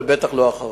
ובטח לא האחרון.